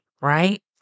Right